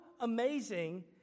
amazing